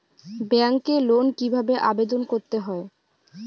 ব্যাংকে লোন কিভাবে আবেদন করতে হয়?